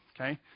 okay